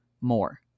more